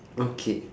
okay